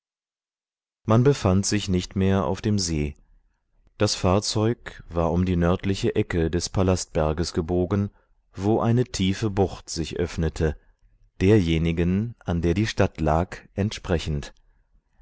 man befand sich nicht mehr auf dem see das fahrzeug war um die nördliche ecke des palastberges gebogen wo eine tiefe bucht sich öffnete derjenigen an der die stadt lag entsprechend